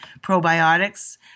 probiotics